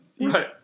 Right